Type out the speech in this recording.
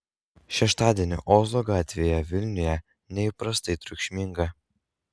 šeštadienį ozo gatvėje vilniuje neįprastai triukšminga